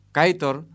Kaitor